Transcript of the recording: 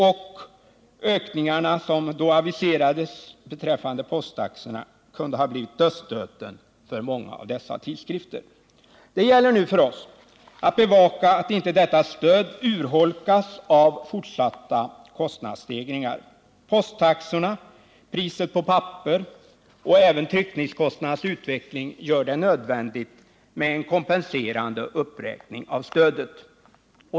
Och de ökningar av posttaxorna som aviserades kunde ha blivit dödsstöten för många av dessa tidskrifter. Det gäller nu för oss att bevaka att detta stöd inte urholkas av fortsatta kostnadsstegringar. Posttaxorna, priset på papper och även tryckningskostnadernas utveckling gör det nödvändigt med en kompenserande uppräkning av stödet.